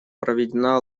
проведена